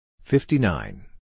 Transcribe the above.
fifty-nine